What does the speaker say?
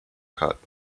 cut